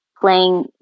playing